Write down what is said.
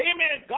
Amen